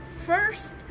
first